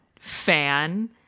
fan